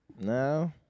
No